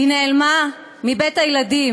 היא נעלמה מבית-הילדים,